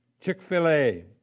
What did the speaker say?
Chick-fil-A